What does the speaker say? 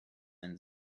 ein